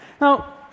Now